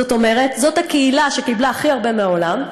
זאת אומרת, זאת הקהילה שקיבלה הכי הרבה מהעולם,